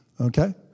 Okay